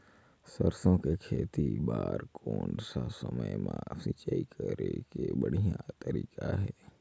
सरसो के खेती बार कोन सा समय मां सिंचाई करे के बढ़िया तारीक हे?